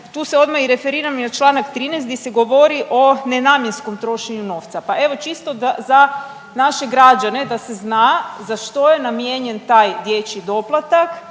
tu se odma i referiram i na čl. 13. di se govori o nenamjenskom trošenju novca. Pa evo čisto za naše građane da se zna za što je namijenjen taj dječji doplatak